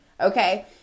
Okay